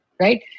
right